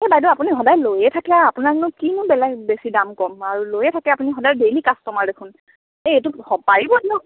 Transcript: এই বাইদেউ আপুনি সদায় লৈয়ে থাকে আৰু আপোনাকনো কিনো বেলেগ বেছি দাম কম আৰু লৈয়ে থাকে আপুনি সদায় ডেইলি কাষ্টমাৰ দেখোন এই এইটো হ'ব পাৰিব দিয়ক